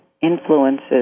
influences